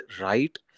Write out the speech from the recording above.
right